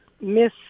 miss